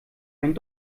einen